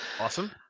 awesome